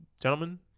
gentlemen